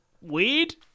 weird